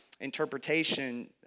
interpretation